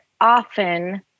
often